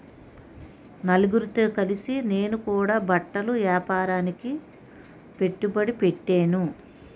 నలుగురితో కలిసి నేను కూడా బట్టల ఏపారానికి పెట్టుబడి పెట్టేను